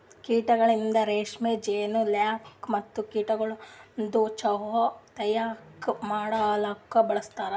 ಕೀಟಗೊಳಿಂದ್ ರೇಷ್ಮೆ, ಜೇನು, ಲ್ಯಾಕ್ ಮತ್ತ ಕೀಟಗೊಳದು ಚಾಹ್ ತೈಯಾರ್ ಮಾಡಲೂಕ್ ಬಳಸ್ತಾರ್